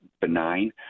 benign